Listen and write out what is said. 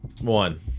One